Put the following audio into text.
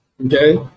Okay